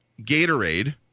Gatorade